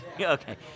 Okay